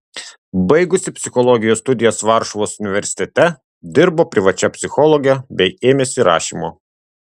baigusi psichologijos studijas varšuvos universitete dirbo privačia psichologe bei ėmėsi rašymo